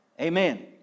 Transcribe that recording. Amen